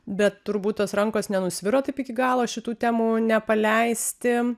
bet turbūt tos rankos nenusviro taip iki galo šitų temų nepaleisti